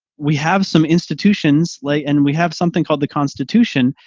we have some institutions late and we have something called the constitution.